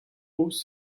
hauts